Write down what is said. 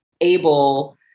able